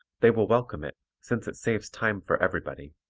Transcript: they will welcome it, since it saves time for everybody.